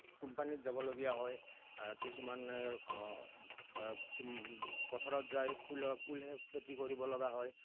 কোম্পানীত যাবলগীয়া হয় কিছুমানে পথাৰত যায় ফুল' ফুলে খেতি কৰিব লগা হয়